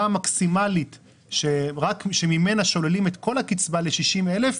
המקסימלית שממנה שוללים את כל הקצבה ל-60,000,